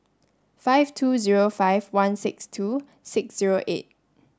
five two zero five one six two six zero eight